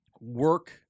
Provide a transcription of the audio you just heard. work